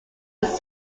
was